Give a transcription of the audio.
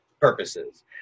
purposes